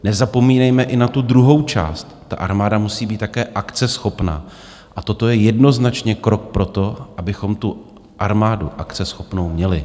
Nezapomínejme i na tu druhou část, armáda musí být také akceschopná, a toto je jednoznačně krok pro to, abychom tu armádu akceschopnou měli.